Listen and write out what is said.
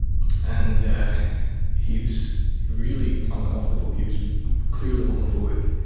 and he was really uncomfortable, he was clearly homophobic.